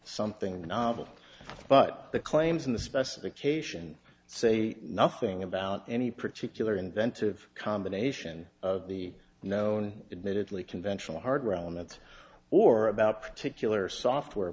something novel but the claims in the specification say nothing about any particular inventive combination of the known admittedly conventional hard around that or about particular software